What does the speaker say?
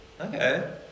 okay